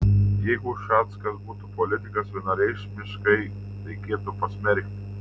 jeigu ušackas būtų politikas vienareikšmiškai reikėtų pasmerkti